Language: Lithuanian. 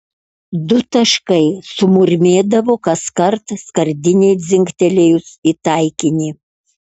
du taškai sumurmėdavo kaskart skardinei dzingtelėjus į taikinį